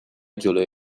جلوی